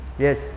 Yes